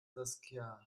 saskia